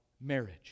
marriage